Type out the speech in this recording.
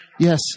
Yes